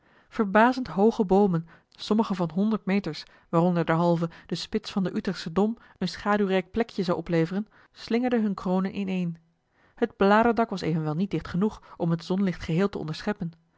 verbazend hooge boomen sommige van honderd meters waaronder derhalve de spits van den utrechtschen dom een schaduwrijk plekje zou opleveren slingerden hunne kronen ineen het bladerdak was evenwel niet dicht genoeg om het zonlicht geheel te onderscheppen